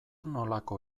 nolako